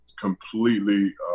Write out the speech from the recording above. completely